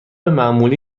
معمولی